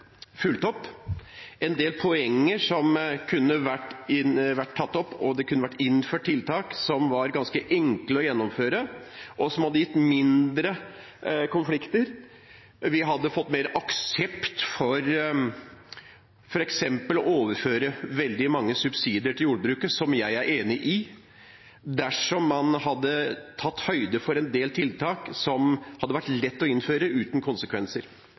fulgt opp, en del poenger som kunne vært tatt opp, og det kunne vært innført tiltak som var ganske enkle å gjennomføre, og som hadde gitt mindre konflikter. Vi hadde fått større aksept for f.eks. å overføre veldig mange subsidier til jordbruket, som jeg er enig i, dersom man hadde tatt høyde for en del tiltak som hadde vært lett å innføre uten konsekvenser.